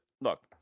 look